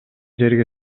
жерге